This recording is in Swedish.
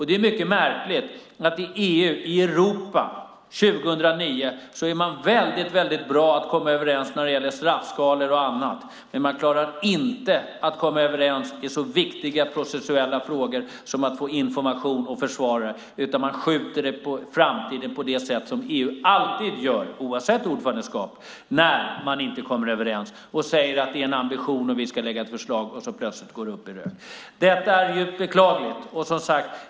Det är mycket märkligt att man i Europa 2009 är väldigt bra på att komma överens när det gäller straffskalor och annat, men man klarar inte att komma överens i så viktiga processuella frågor som att få information och försvarare. Man skjuter det på framtiden på det sätt som EU alltid gör, oavsett ordförandeskap, när man inte kommer överens. Man säger att det är en ambition och att man ska lägga ett förslag, och plötsligt går det upp i rök. Detta är djupt beklagligt.